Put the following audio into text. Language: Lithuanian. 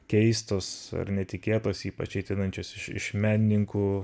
keistos ar netikėtos ypač ateinančios iš menininkų